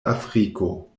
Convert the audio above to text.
afriko